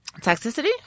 Toxicity